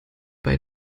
bei